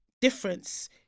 difference